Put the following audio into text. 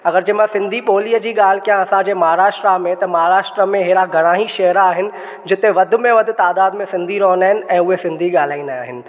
अगरि जे मां सिन्धी ॿोलीअ जी ॻाल्हि कयां असांजे महाराष्ट्रा में त महाराष्ट्रा में अहिड़ा घणा ई शहर आहिनि जिते वध में वधि तइदाद में सिन्धी रहंदा आहिनि ऐं उहे सिन्धी ॻाल्हाईंदा आहिनि